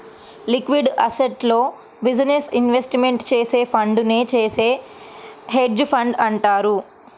liquid అసెట్స్లో business investment చేసే ఫండునే చేసే హెడ్జ్ ఫండ్ అంటారు